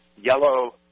yellow